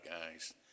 guys